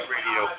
Radio